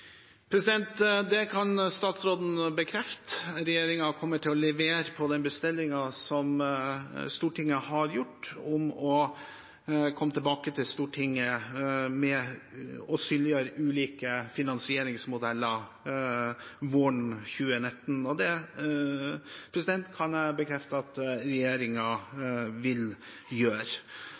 Det kan statsråden bekrefte. Regjeringen kommer til å levere på den bestillingen som Stortinget har gjort, om å komme tilbake til Stortinget våren 2019 med en synliggjøring av ulike finansieringsmodeller. Det kan jeg bekrefte at regjeringen vil gjøre. Så kan jeg samtidig bekrefte at